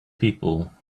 people